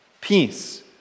Peace